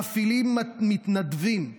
הם מפעילים מתנדבים,